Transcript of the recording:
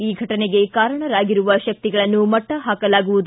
ಈ ಫಟನೆಗೆ ಕಾರಣರಾಗಿರುವ ಶಕ್ತಿಗಳನ್ನು ಮಟ್ಟ ಹಾಕಲಾಗುವುದು